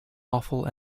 awful